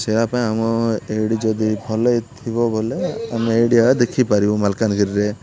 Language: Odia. ସେଇୟା ପାଇଁ ଆମ ଏଇଠି ଯଦି ଭଲ ଥିବ ବୋଲେ ଆମେ ଏଇଠି ଆକା ଦେଖିପାରିବୁ ମାଲକାନଗିରିରେ